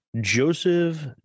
Joseph